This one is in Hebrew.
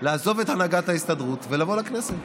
לעזוב את הנהגת ההסתדרות ולבוא לכנסת.